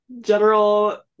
general